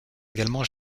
également